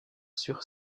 sur